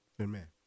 Amen